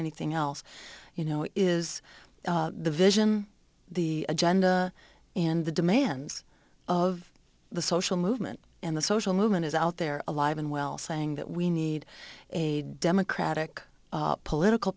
anything else you know is the vision the agenda in the demands of the social movement and the social movement is out there alive and well saying that we need a democratic political